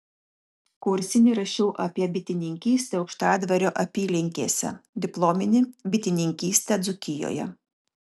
kursinį rašiau apie bitininkystę aukštadvario apylinkėse diplominį bitininkystę dzūkijoje